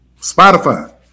Spotify